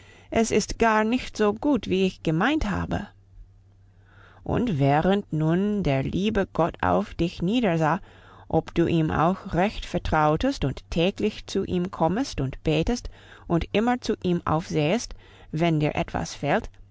es ist gar nicht so gut wie ich gemeint habe und während nun der liebe gott auf dich niedersah ob du ihm auch recht vertrautest und täglich zu ihm kommest und betest und immer zu ihm aufsehest wenn dir etwas fehlt